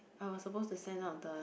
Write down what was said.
I was supposed to send out the